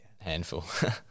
handful